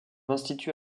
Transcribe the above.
institut